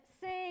sing